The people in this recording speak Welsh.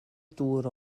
dŵr